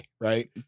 right